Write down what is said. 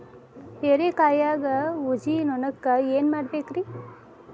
ಹೇರಿಕಾಯಾಗ ಊಜಿ ನೋಣಕ್ಕ ಏನ್ ಮಾಡಬೇಕ್ರೇ?